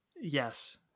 Yes